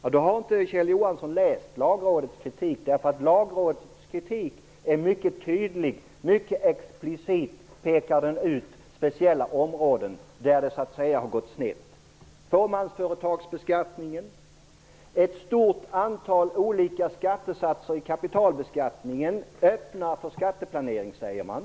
Men då har inte Kjell Johansson läst Lagrådets kritik. Lagrådets kritik är mycket tydlig. Explicit pekar den ut speciella områden där det har gått snett. Det gäller fåmansföretagsbeskattningen. Ett stort antal olika skattesatser i kapitalbeskattningen öppnar för skatteplanering, säger man.